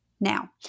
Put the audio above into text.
Now